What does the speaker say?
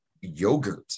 yogurt